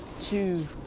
two